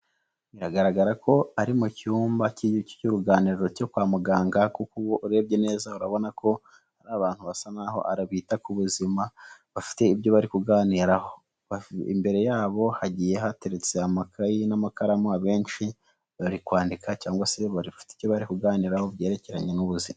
Biragaragara ko ari mu cyumba cy'uruganiriro cyo kwa muganga kuko urebye neza urabona ko hari abantu basa nk'aho ari abita ku buzima bafite ibyo bari kuganiraho, imbere yabo hagiye hateretse amakayi n'amakaramu abenshi bari kwandika cyangwa se bafite icyo bari kuganiraraho byerekeranye n'ubuzima.